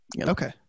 Okay